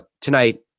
tonight